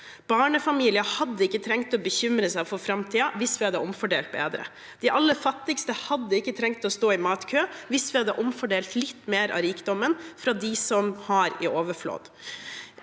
Barnefamilier hadde ikke trengt å bekymre seg for framtiden hvis vi hadde omfordelt bedre. De aller fattigste hadde ikke trengt å stå i matkø hvis vi hadde omfordelt litt mer av rikdommen fra dem som har i overflod.